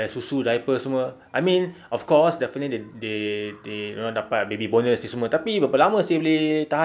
bayar susu diapers semua I mean of course definitely they they you know dapat baby bonus ni semua tapi berapa lama seh boleh tahan